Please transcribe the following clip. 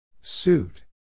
Suit